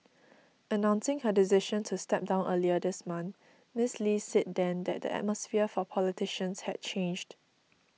announcing her decision to step down earlier this month Miis Lee said then that the atmosphere for politicians had changed